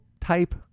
type